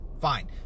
fine